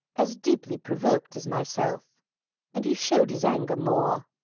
as deeply provoked as myself and he showed his anger more.